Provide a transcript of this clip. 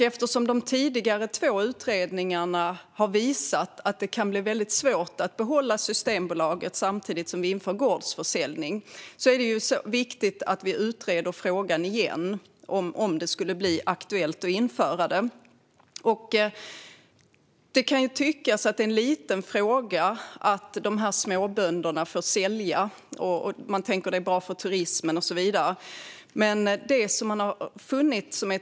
Eftersom de två tidigare utredningarna har visat att det kan bli svårt att behålla Systembolaget om gårdsförsäljning införs är det viktigt att ett eventuellt införande utreds igen. Det kan tyckas vara en liten fråga om småbönder ska få sälja alkohol, och man kan tänka att det är bra för turismen och så vidare.